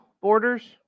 borders